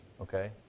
Okay